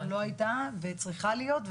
לא הייתה וצריכה להיות,